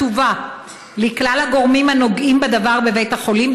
כתובה לכלל הגורמים הנוגעים בדבר בבית החולים,